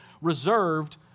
reserved